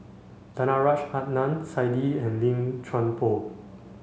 Danaraj Adnan Saidi and Lim Chuan Poh